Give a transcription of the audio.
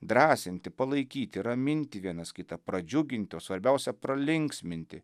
drąsinti palaikyti raminti vienas kitą pradžiuginti o svarbiausia pralinksminti